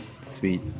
sweet